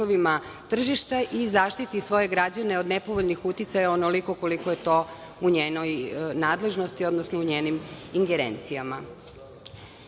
uslovima tržišta i zaštiti svoje građane od nepovoljnih uticaja onoliko koliko je to u njenoj nadležnosti, odnosno u njenim ingerencijama. Jedan